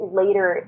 later